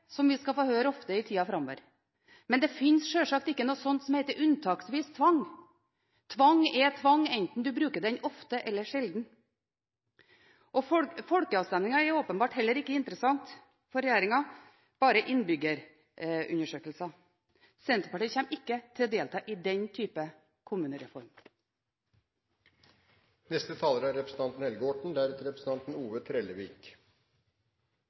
som vi skal få høre ofte i tida framover. Men det finnes sjølsagt ikke noe som heter «unntaksvis tvang». Tvang er tvang, enten man bruker det ofte eller sjelden. Og folkeavstemning er åpenbart heller ikke interessant for regjeringen, bare innbyggerundersøkelser. Senterpartiet kommer ikke til å delta i den type kommunereform. Det er